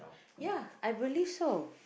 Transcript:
ya I believe so